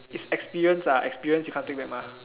is experience ah experience you can't take back mah